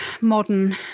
modern